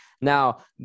Now